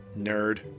Nerd